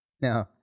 no